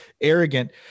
arrogant